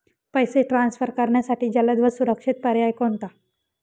पैसे ट्रान्सफर करण्यासाठी जलद व सुरक्षित पर्याय कोणता?